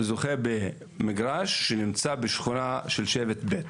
זוכה במגרש שנמצא בשכונה של שבט ב',